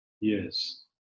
yes